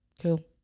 Cool